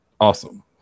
Awesome